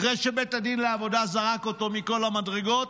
אחרי שבית הדין לעבודה זרק אותו מכל המדרגות,